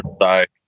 side